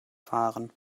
fahren